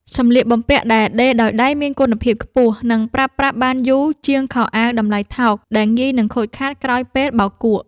សម្លៀកបំពាក់ដែលដេរដោយដៃមានគុណភាពខ្ពស់ និងប្រើប្រាស់បានយូរជាងខោអាវតម្លៃថោកដែលងាយនឹងខូចខាតក្រោយពេលបោកគក់។